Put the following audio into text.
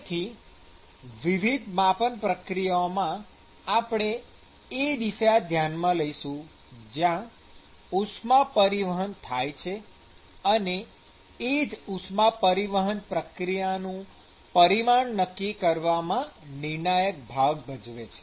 તેથી વિવિધ માપન પ્રક્રિયાઓમાં આપણે એ દિશા ધ્યાનમાં લઈશું જ્યાં ઉષ્મા પરિવહન થાય છે અને એ જ ઉષ્મા પરિવહન પ્રક્રિયાનું પરિમાણ નક્કી કરવામાં નિર્ણાયક ભાગ ભજવે છે